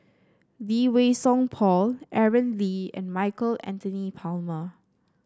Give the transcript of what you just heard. Lee Wei Song Paul Aaron Lee and Michael Anthony Palmer